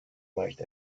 weicht